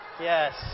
Yes